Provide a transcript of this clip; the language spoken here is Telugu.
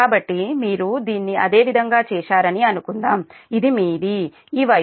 కాబట్టి మీరు దీన్ని అదే విధంగా చేశారని అనుకుందాం ఇది మీది ఈ వైపు మీ X1